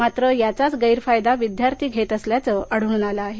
मात्र याचाच गैरफायदा विद्यार्थी घेत असल्याच आढळून आलं आहे